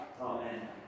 Amen